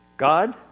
God